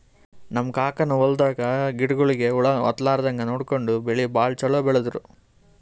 ನಮ್ ಕಾಕನ್ ಹೊಲದಾಗ ಗಿಡಗೋಳಿಗಿ ಹುಳ ಹತ್ತಲಾರದಂಗ್ ನೋಡ್ಕೊಂಡು ಬೆಳಿ ಭಾಳ್ ಛಲೋ ಬೆಳದ್ರು